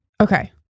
Okay